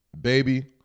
baby